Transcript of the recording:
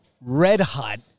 red-hot